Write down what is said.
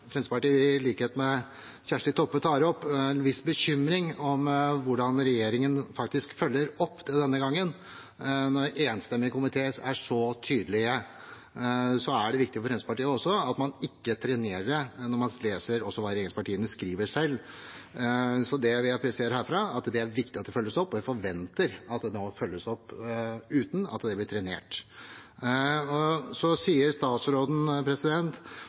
Fremskrittspartiet, i likhet med Kjersti Toppe, tar opp en viss bekymring om hvordan regjeringen faktisk følger opp denne gangen. Når en enstemmig komité er så tydelig, er det viktig for Fremskrittspartiet også at man ikke trenerer det, når man leser det regjeringspartiene skriver selv. Det jeg vil presisere herfra, er at det er viktig at det følges opp, og jeg forventer at det nå følges opp uten å bli trenert. Så sier statsråden,